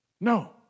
No